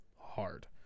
hard